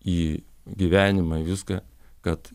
į gyvenimą į viską kad